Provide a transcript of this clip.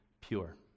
pure